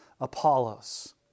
Apollos